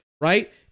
right